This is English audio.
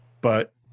But-